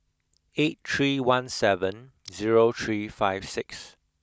eight three one seven zero three five six